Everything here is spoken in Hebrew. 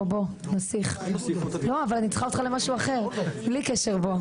אני צריכה אותך למשהו אחר, בלי קשר בוא.